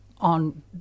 on